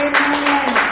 Amen